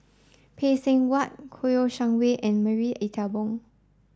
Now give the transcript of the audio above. Phay Seng Whatt Kouo Shang Wei and Marie Ethel Bong